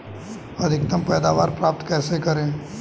अधिकतम पैदावार प्राप्त कैसे करें?